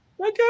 Okay